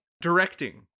Directing